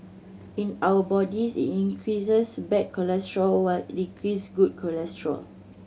in our bodies it increases bad cholesterol while decrease good cholesterol